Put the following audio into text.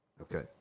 okay